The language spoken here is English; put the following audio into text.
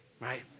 right